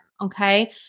Okay